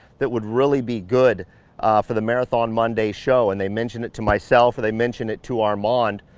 that would really be good for the marathon monday show, and they mention it to myself, or they mention it to armand,